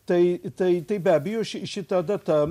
tai tai tai be abejo ši šita data